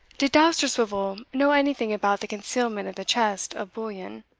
did dousterswivel know anything about the concealment of the chest of bullion?